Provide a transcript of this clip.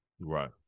Right